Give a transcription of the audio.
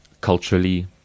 culturally